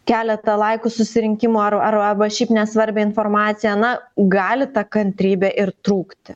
keletą laikų susirinkimo ar ar arba šiaip nesvarbią informaciją na gali ta kantrybė ir trūkti